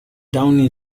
town